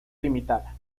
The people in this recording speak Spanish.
limitada